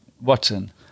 Watson